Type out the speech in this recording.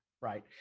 right